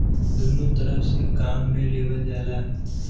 दुन्नो तरफ से काम मे लेवल जाला